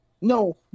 No